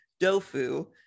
DOFU